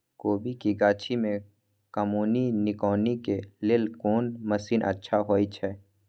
कोबी के गाछी में कमोनी निकौनी के लेल कोन मसीन अच्छा होय छै?